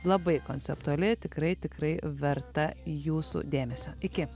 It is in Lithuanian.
labai konceptuali tikrai tikrai verta jūsų dėmesio iki